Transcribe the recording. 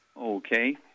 Okay